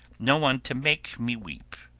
no one to make me weep,